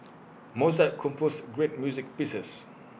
Mozart composed great music pieces